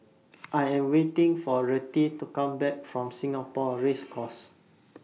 I Am waiting For Rettie to Come Back from Singapore Race Course